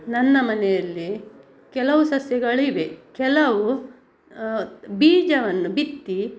ನನ್ನ ಮನೆಯಲ್ಲಿ ಕೆಲವು ಸಸ್ಯಗಳಿವೆ ಕೆಲವು ಬೀಜವನ್ನು ಬಿತ್ತಿ